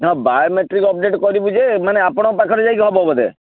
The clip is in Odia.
ନା ବାୟୋମେଟ୍ରିକ୍ ଅପଡ଼େଟ୍ କରିବୁ ଯେ ମାନେ ଆପଣ ପାଖରେ ଯାଇକି ହେବ ବୋଧେ